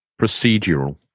Procedural